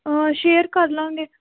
share ਕਰ ਲਾਂਗੇ